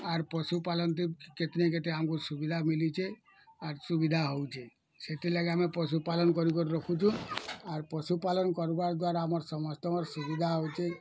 ଆର୍ ପଶୁପାଲନ୍ଟେ କେତନେ୍ କେତେ ଆମ୍କୁ ସୁବିଧା ମିଲିଛେ ଆର୍ ସୁବିଧା ହେଉଛେ ସେଥିର୍ ଲାଗି ଆମେ ପଶୁପାଲନ୍ କରି କରି ରଖୁଛୁଁ ଆର୍ ପଶୁପାଲନ୍ କରିବାର୍ ଦ୍ୱାରା ଆମର୍ ସମସ୍ତଙ୍କର ସୁବିଧା ହେଉଛେ